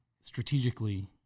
strategically